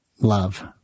love